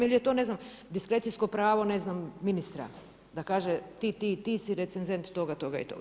Jer je to ne znam, diskrecijsko pravo ne znam ministra da kaže ti, ti i ti si recenzent toga, toga i toga.